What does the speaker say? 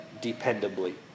dependably